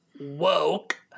woke